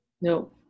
No